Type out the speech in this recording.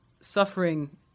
suffering